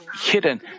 hidden